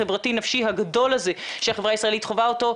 החברתי נפשי הגדול הזה שהחברה הישראלית חווה אותו,